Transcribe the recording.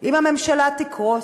אם הממשלה תקרוס,